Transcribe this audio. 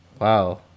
Wow